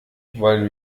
wollen